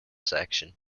section